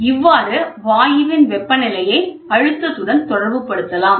இவ்வாறு வாயுவின் வெப்பநிலையை அழுத்தத்துடன் தொடர்புபடுத்தலாம்